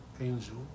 angel